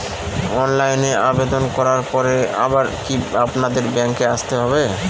অনলাইনে আবেদন করার পরে আবার কি আপনাদের ব্যাঙ্কে আসতে হবে?